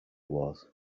was